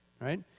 right